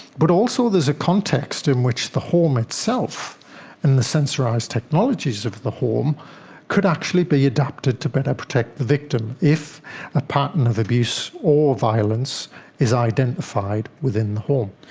but also there's a context in which the home itself and the sensorised technologies of the home could actually be adapted to better protect the victim if a pattern of abuse or violence is identified within the home.